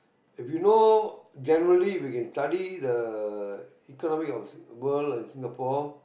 if you know generally if you can study the economic of world and Singapore